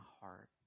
heart